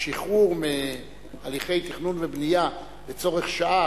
השחרור מהליכי תכנון ובנייה לצורך שעה,